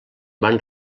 van